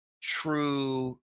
true